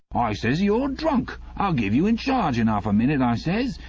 i says, you're drunk. i'll give you in charge in alf a minute, i says.